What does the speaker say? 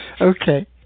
okay